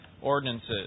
ordinances